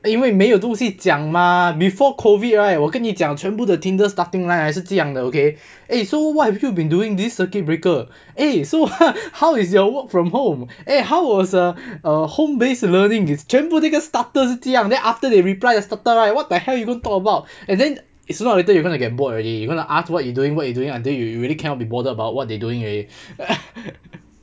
因为没有东西讲 mah before COVID right 我跟你讲全部的 Tinder starting line 还是这样的 okay eh so what have you been doing this circuit breaker eh so how is your work from home eh how was a err home based learning 全部那个 starter 是这样 then after they replied the starter right what the hell you going to talk about and then sooner or later you're gonna get bored already you going to ask what you doing what you doing until you really can't be bothered about what they doing already